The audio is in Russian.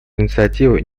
инициативы